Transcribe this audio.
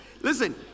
listen